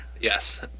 Yes